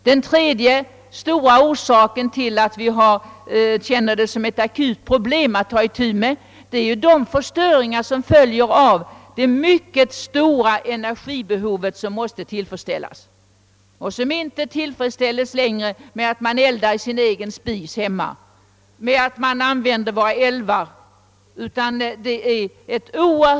Den tredje stora orsaken till en akut miljövårdssituation är det mycket stora energibehov, vilket måste tillfredsställas, och som inte längre tillfredsställes med att man eldar hemma i sin egen spis eller med att man använder våra älvar till kraftproduktion.